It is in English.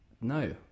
No